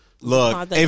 Look